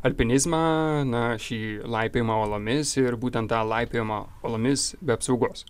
alpinizmą na šį laipiojimą uolomis ir būtent tą laipiojimą uolomis be apsaugos